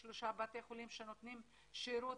יש שם שלושה בתי חולים שנותנים שירות